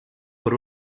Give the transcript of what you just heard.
por